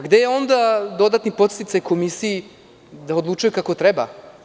Gde je onda dodatni podsticaj komisiji da odlučuje kako treba?